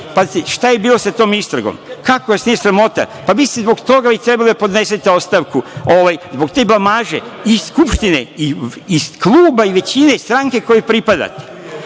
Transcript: šta je bilo sa tom istragom? Kako vas nije sramota? Vi ste zbog toga trebali da podnesete ostavku, zbog te blamaže iz Skupštine, iz kluba i većine stranke kojoj pripadate. Kada